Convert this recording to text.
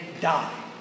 die